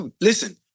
Listen